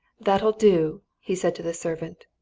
that'll do! he said to the servant.